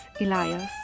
Elias